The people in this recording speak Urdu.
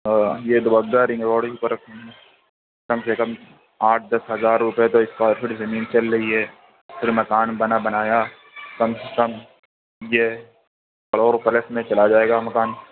ہاں یہ دوبگہ رنگ روڈ کی طرف کم سے کم آٹھ دس ہزار روپے تو اسکوائر فٹ زمین چل رہی ہے پھر مکان بنا بنایا کم سے کم یہ کروڑ پلس میں چلا جائے گا مکان